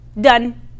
Done